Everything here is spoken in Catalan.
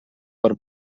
per